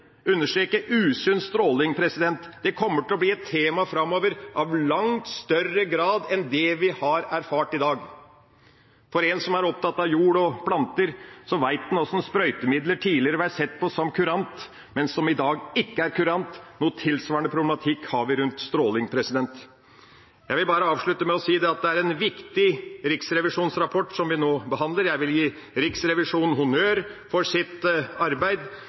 usunn stråling. Det kommer til å bli et tema framover i langt større grad enn det vi har erfart i dag. For en som er opptatt av jord og planter, vet hvordan sprøytemidler tidligere ble sett på som kurant, men som i dag ikke er kurant. En tilsvarende problematikk har vi rundt stråling. Jeg vil bare avslutte med å si at det er en viktig riksrevisjonsrapport som vi nå behandler. Jeg vil gi Riksrevisjonen honnør for sitt arbeid